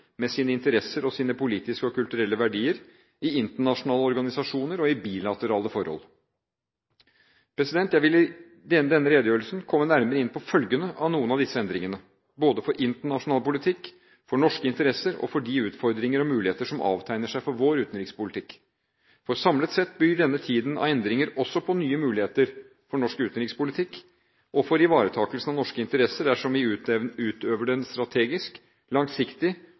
med sine interesser og sine politiske og kulturelle verdier – i internasjonale organisasjoner og i bilaterale forhold. Jeg vil i denne redegjørelsen komme nærmere inn på følgene av noen av disse endringene – både for internasjonal politikk, for norske interesser og for de utfordringer og muligheter som avtegner seg for vår utenrikspolitikk. For samlet sett byr denne tiden av endringer også på nye muligheter for norsk utenrikspolitikk og for ivaretakelsen av norske interesser dersom vi utøver dem strategisk, langsiktig